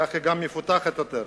כך היא גם מפותחת יותר,